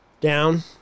Down